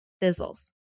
fizzles